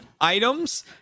items